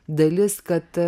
dalis kad